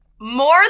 More